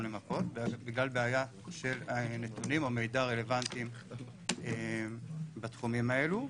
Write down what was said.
למפות בגלל בעיה של נתונים או מידע רלוונטי בתחומים האלו.